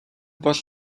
бол